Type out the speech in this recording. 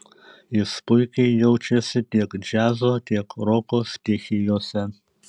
jis puikiai jaučiasi tiek džiazo tiek roko stichijose